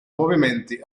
movimenti